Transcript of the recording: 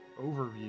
overview